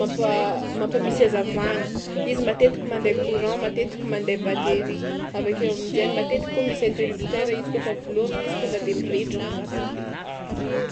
mampa- mampahamisy hazavagna, izy matetika mandeha courant, matetika mandeha batery avy akeo amin-jainy matetika koa misy interrupteur izy kaofa velomina izy tonga de mirehitry mazava be.